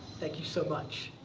thank you so much.